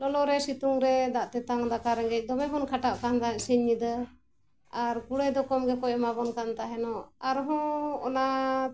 ᱞᱚᱞᱚᱨᱮ ᱥᱤᱛᱩᱝ ᱨᱮ ᱫᱟᱜ ᱛᱮᱛᱟᱝ ᱫᱟᱠᱟ ᱨᱮᱸᱜᱮᱡ ᱫᱚᱢᱮ ᱵᱚᱱ ᱠᱷᱟᱴᱟᱜ ᱠᱟᱱ ᱛᱟᱦᱮᱸᱫ ᱥᱤᱧ ᱧᱤᱫᱟᱹ ᱟᱨ ᱠᱩᱲᱟᱹᱭ ᱫᱚ ᱠᱚᱢ ᱜᱮᱠᱚ ᱮᱢᱟᱵᱚᱱ ᱠᱟᱱ ᱛᱟᱦᱮᱱᱚᱜ ᱟᱨᱦᱚᱸ ᱚᱱᱟ